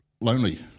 lonely